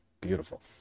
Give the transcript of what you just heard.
Beautiful